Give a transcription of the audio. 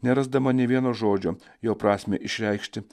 nerasdama nė vieno žodžio jo prasmę išreikšti